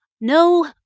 no